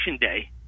Day